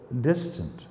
distant